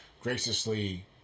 graciously